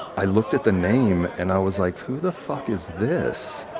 i looked at the name, and i was like, who the fuck is this,